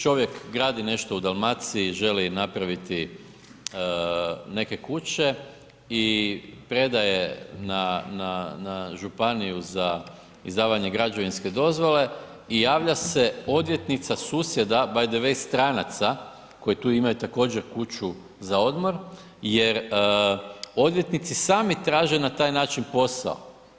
Čovjek gradi nešto u Dalmaciji, želi napraviti neke kuće i predaje na županiju za izdavanje građevinske dozvole i javlja se odvjetnica susjeda, by the way, stranaca, koji tu imaju također kuću za odmor jer odvjetnici sami traže na taj način posao.